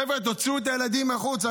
חבר'ה, תוציאו את הילדים החוצה.